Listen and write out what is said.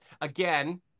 again